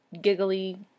giggly